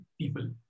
people